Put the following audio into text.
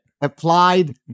applied